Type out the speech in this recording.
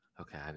Okay